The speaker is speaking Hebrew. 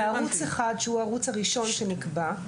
וערוץ אחד שהוא ערוץ הראשון שנקבע,